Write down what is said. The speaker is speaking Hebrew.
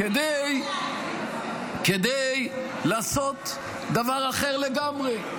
כדי לעשות דבר אחר לגמרי,